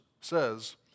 says